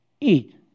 eat